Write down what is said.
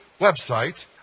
website